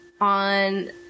On